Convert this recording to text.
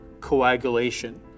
coagulation